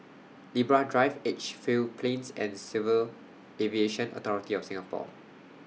Libra Drive Edgefield Plains and Civil Aviation Authority of Singapore